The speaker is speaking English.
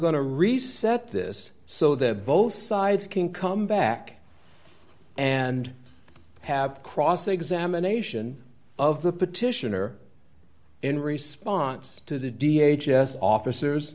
to reset this so that both sides can come back and have cross examination of the petitioner in response to the da just officers